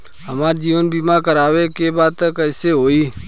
हमार जीवन बीमा करवावे के बा त कैसे होई?